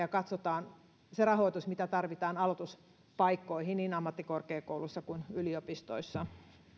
ja katsotaan se rahoitus mikä tarvitaan aloituspaikkoihin niin ammattikorkeakouluissa kuin yliopistoissa